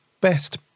best